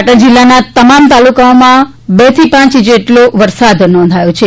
પાટણ જિલ્લાના તમામ તાલુકાઓમાં બેથી પાંચ ઇંચ જેટલો વરસાદ નોંધાયો છે